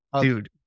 dude